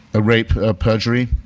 ah rape, perjury,